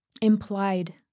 implied